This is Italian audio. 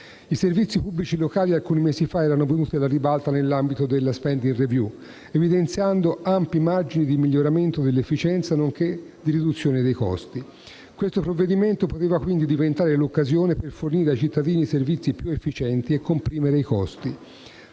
I servizi pubblici locali alcuni mesi fa erano venuti alla ribalta nell'ambito della *spending review*, evidenziando ampi margini di miglioramento dell'efficienza, nonché la riduzione dei costi. Questo provvedimento poteva quindi diventare l'occasione per fornire ai cittadini servizi più efficienti e comprimere i costi.